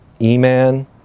E-Man